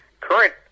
current